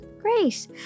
Great